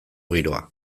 giroa